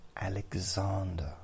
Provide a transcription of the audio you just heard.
Alexander